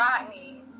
rodney